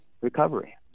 recovery